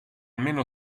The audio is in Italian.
almeno